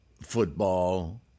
football